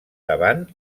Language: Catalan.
davant